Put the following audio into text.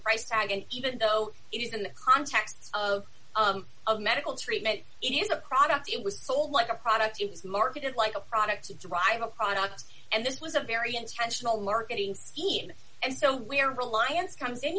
price tag and even though it is in the context of a medical treatment it is a product it was sold like a product it was marketed like a product to drive a product and this was a very intentional marketing scheme and so where reliance comes in